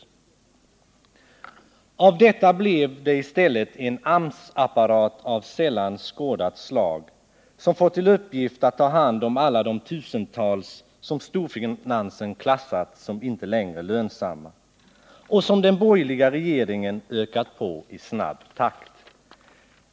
Av detta blev det i stället en AMS-apparat av sällan skådat slag, som fått till uppgift att ta hand om alla de tusentals som storfinansen klassat som inte längre lönsamma och som den borgerliga regeringen ökat på i snabb takt.